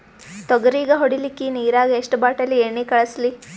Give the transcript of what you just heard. ತೊಗರಿಗ ಹೊಡಿಲಿಕ್ಕಿ ನಿರಾಗ ಎಷ್ಟ ಬಾಟಲಿ ಎಣ್ಣಿ ಕಳಸಲಿ?